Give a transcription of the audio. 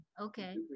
okay